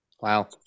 Wow